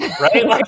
right